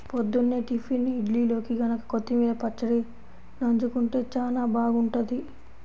పొద్దున్నే టిఫిన్ ఇడ్లీల్లోకి గనక కొత్తిమీర పచ్చడి నన్జుకుంటే చానా బాగుంటది